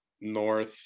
North